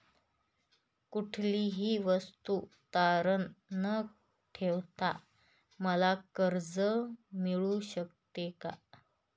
कुठलीही वस्तू तारण न ठेवता मला कर्ज मिळू शकते का?